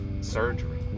surgery